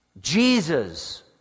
Jesus